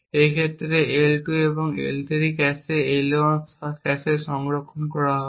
এই ক্ষেত্রে L2 এবং L3 ক্যাশে এবং L1 ক্যাশে সংরক্ষণ করা হবে